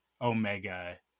omega